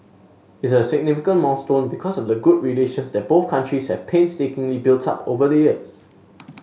is a significant milestone because of the good relations that both countries have painstakingly built up over the years